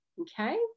okay